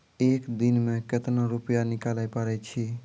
एक दिन मे केतना रुपैया निकाले पारै छी?